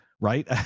right